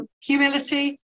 humility